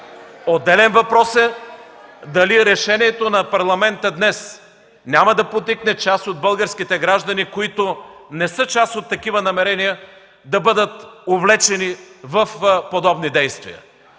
Отделен въпрос е дали решението на Парламента днес няма да подтикне част от българските граждани, които не са част от такива намерения, да бъдат увлечени в подобни действия.